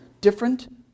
Different